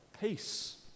Peace